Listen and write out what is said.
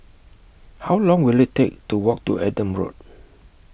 How Long Will IT Take to Walk to Adam Road